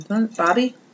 Bobby